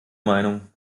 meinung